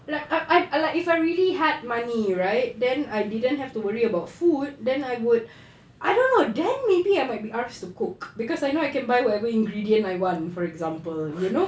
like I I if I really had money right then I didn't have to worry about food then I would I don't know then maybe I might be asked to cook cause I know I can buy whatever ingredient I want for example you know